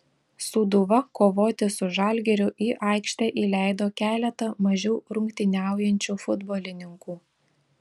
sūduva kovoti su žalgiriu į aikštę įleido keletą mažiau rungtyniaujančių futbolininkų